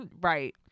Right